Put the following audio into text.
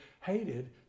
hated